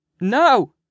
No